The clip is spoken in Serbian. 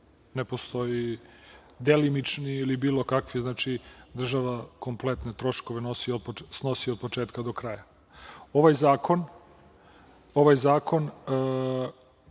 Ne postoje delimični ili bilo kakvi, znači, država kompletne troškove snosi, od početka do kraja. Ovaj zakon će